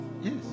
yes